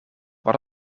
wat